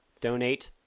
donate